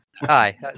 Hi